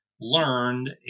learned